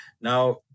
Now